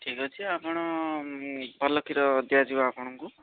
ଠିକ୍ ଅଛି ଆପଣ ଭଲ କ୍ଷୀର ଦିଆଯିବ ଆପଣଙ୍କୁ